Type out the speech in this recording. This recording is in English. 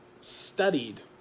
studied